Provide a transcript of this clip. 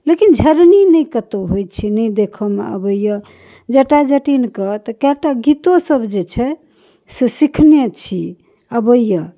लेकिन झरनी नहि कत्तौ होइ छै नहि देखऽमे अबै यऽ जटा जटिनके तऽ कएटा गीतो सब जे छै से सिखने छी अबै यऽ